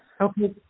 okay